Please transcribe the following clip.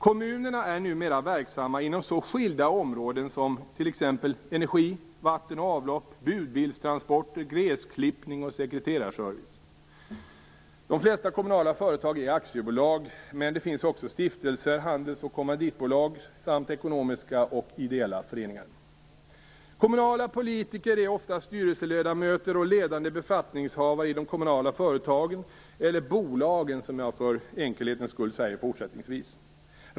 Kommunerna är numera verksamma inom så skilda områden som t.ex. energi, vatten och avlopp, budbilstransporter, gräsklippning och sekreterarservice. De flesta kommunala företag är aktiebolag. Men det finns också stiftelser, handels och kommanditbolag samt ekonomiska och ideella föreningar. Kommunala politiker är ofta styrelseledamöter och ledande befattningshavare i de kommunala företagen - eller bolagen, som jag för enkelhetens skull säger fortsättningsvis.